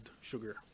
sugar